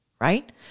right